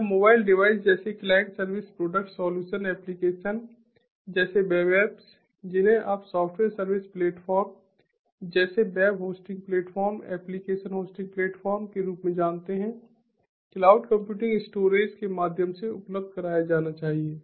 या mobile device जैसे client service product solution application जैसे वेब एप्स जिन्हें आप सॉफ्टवेयर सर्विस प्लेटफॉर्म जैसे web hosting platform application hosting platform के रूप में जानते हैं क्लाउड कंप्यूटिंग स्टोरेज के माध्यम से उपलब्ध कराया जाना चाहिए